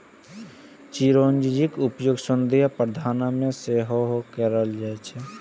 चिरौंजीक उपयोग सौंदर्य प्रसाधन मे सेहो कैल जाइ छै